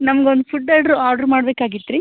ನಮ್ಗೊಂದು ಫುಡ್ ಆಡ್ರು ಆರ್ಡರ್ ಮಾಡ್ಬೇಕಾಗಿತ್ರಿ